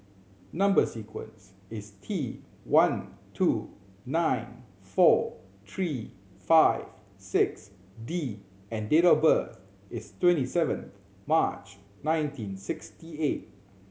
number sequence is T one two nine four three five six D and date of birth is twenty seven March nineteen sixty eight